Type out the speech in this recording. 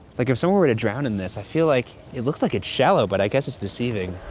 like if someone were to drown in this, i feel like, it looks like it's shallow, but i guess it's deceiving.